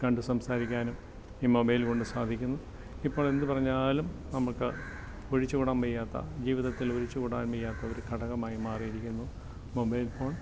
കണ്ട് സംസാരിക്കാനും ഈ മൊബൈല് കൊണ്ട് സാധിക്കുന്നു ഇപ്പോള് എന്ത് പറഞ്ഞാലും നമുക്ക് ഒഴിച്ചുകൂടാൻ വയ്യാത്ത ജീവിതത്തിൽ ഒഴിച്ചു കൂടാൻ വയ്യാത്തൊരു ഘടകമായി മാറിയിരിക്കുന്നു മൊബൈൽ ഫോൺ